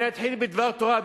אני אתחיל בדבר תורה,